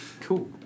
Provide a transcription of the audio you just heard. Cool